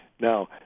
Now